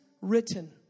written